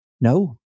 No